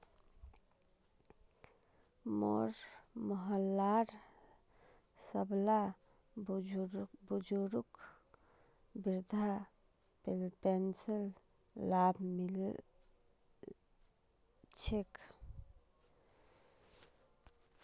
मोर मोहल्लार सबला बुजुर्गक वृद्धा पेंशनेर लाभ मि ल छेक